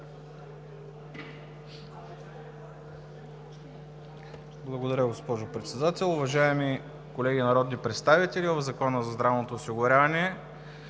Благодаря, госпожо Председател. Уважаеми колеги народни представители, в Закона за здравното осигуряване